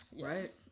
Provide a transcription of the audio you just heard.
Right